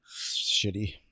Shitty